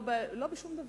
לא בשום דבר.